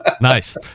nice